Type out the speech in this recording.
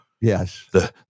Yes